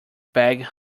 bag